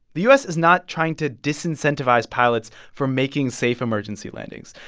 the u s. is not trying to disincentivize pilots from making safe emergency landings.